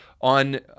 on